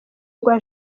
rwa